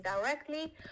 directly